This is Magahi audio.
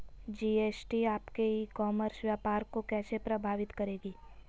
जी.एस.टी आपके ई कॉमर्स व्यापार को कैसे प्रभावित करेगी?